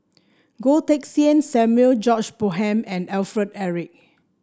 Goh Teck Sian Samuel George Bonham and Alfred Eric